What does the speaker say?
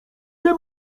nie